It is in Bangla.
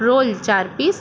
রোল চার পিস